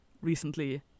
recently